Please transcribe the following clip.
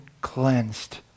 cleansed